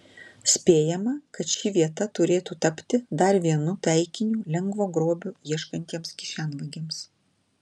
spėjama kad ši vieta turėtų tapti dar vienu taikiniu lengvo grobio ieškantiems kišenvagiams